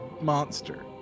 monster